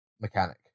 mechanic